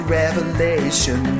revelation